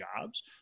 jobs